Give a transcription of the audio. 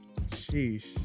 sheesh